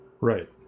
Right